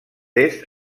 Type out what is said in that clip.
est